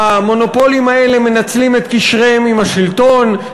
המונופולים האלה מנצלים את קשריהם עם השלטון,